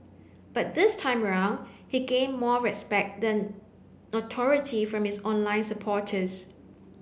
but this time round he gained more respect than notoriety from his online supporters